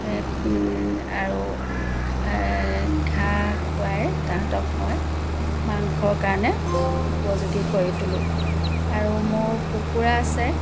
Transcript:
আৰু ঘাঁহ খুৱাই তাহাঁতক মই মাংসৰ কাৰণে উপযোগী কৰি তুলোঁ আৰু মোৰ কুকুৰা আছে